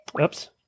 Oops